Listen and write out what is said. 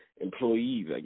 employees